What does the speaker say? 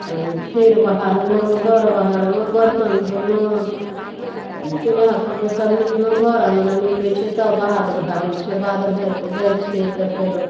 थैर बहारलहुँ घर बहारलहुँ बर्तन धोलहुँ चूल्हा सब निपलहुँ घर अँगना निपै छियै तऽ बाध भागै छियै बाध भागिकऽ जाइ छियै तऽ फेरो